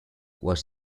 was